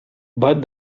but